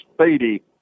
Speedy